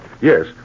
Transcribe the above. yes